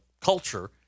culture